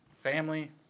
Family